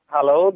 Hello